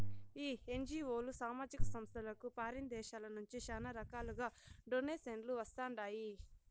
ఈ ఎన్జీఓలు, సామాజిక సంస్థలకు ఫారిన్ దేశాల నుంచి శానా రకాలుగా డొనేషన్లు వస్తండాయి